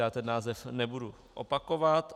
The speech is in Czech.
Já ten název nebudu opakovat.